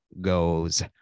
goes